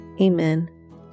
Amen